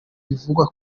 bivugwa